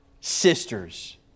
Sisters